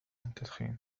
التدخين